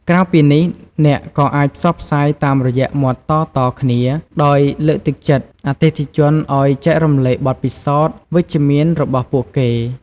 ក្រៅពីនេះ អ្នកក៏អាចផ្សព្វផ្សាយតាមរយៈមាត់តៗគ្នា ដោយលើកទឹកចិត្តអតិថិជនឱ្យចែករំលែកបទពិសោធន៍វិជ្ជមានរបស់ពួកគេ។